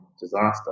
disaster